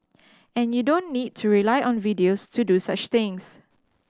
and you don't need to rely on videos to do such things